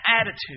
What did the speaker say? attitude